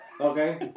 Okay